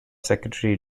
secretary